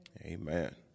amen